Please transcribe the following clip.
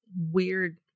weird